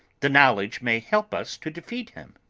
the knowledge may help us to defeat him!